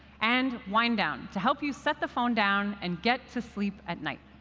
and wind down to help you set the phone down and get to sleep at night.